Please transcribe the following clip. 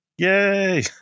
Yay